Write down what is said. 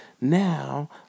now